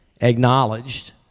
acknowledged